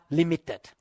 limited